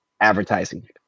advertising